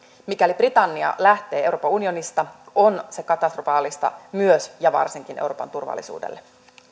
mikäli britannia lähtee euroopan unionista on se katastrofaalista myös ja varsinkin euroopan turvallisuudelle